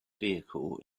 vehicle